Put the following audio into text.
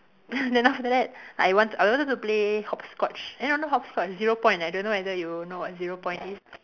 then then after that I want to I wanted to play hopscotch eh no not hopscotch zero point I don't know whether you know what zero point is